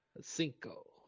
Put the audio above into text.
Cinco